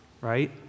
right